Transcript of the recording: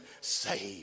saved